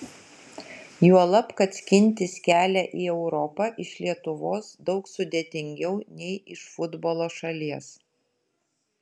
juolab kad skintis kelią į europą iš lietuvos daug sudėtingiau nei iš futbolo šalies